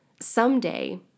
someday